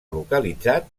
localitzat